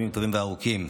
וארוכים,